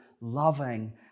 loving